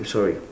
I'm sorry